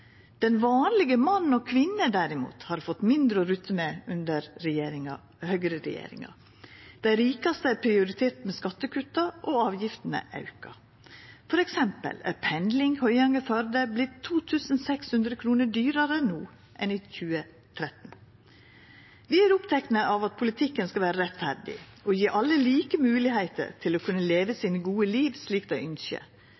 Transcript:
Den vanlege mann og kvinne, derimot, har fått mindre å rutta med under høgreregjeringa. Dei rikaste er prioriterte med skattekutta, og avgiftene er auka. For eksempel har pendling Høyanger–Førde vorte 2 600 kr dyrare no enn i 2013. Vi er opptekne av at politikken skal vera rettferdig og gje alle like moglegheiter til å